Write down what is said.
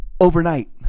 Overnight